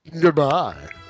Goodbye